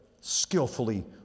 skillfully